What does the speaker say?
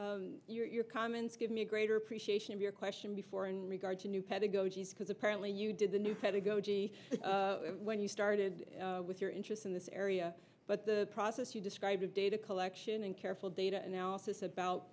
down your comments give me a greater appreciation of your question before in regard to new pedagogy because apparently you did the new set of goji when you started with your interest in this area but the process you describe of data collection and careful data analysis about